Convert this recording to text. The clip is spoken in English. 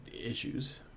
issues